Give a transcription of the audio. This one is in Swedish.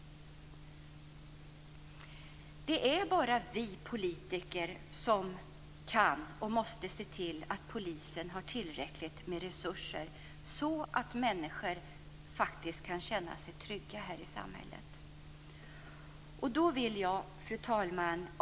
Det är bara vi politiker som kan och måste se till att polisen har tillräckligt mer resurser få att människor kan känna sig trygga i samhället. Fru talman!